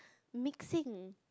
mixing